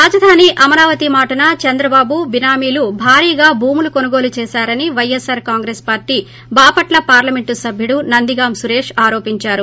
రాజధాని అమరావతి మాటున చంద్రబాబు బినామీలు భారీగా భూములు కొనుగోలు చేశారని వైఎస్సార్ కాంగ్రెస్ పార్టీ బాపట్ల పార్లమెంట్ సభ్యుడు నందిగాం సురేష్ ఆరోపించారు